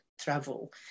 travel